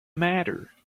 matter